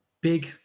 big